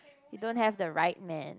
you don't have the right man